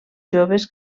joves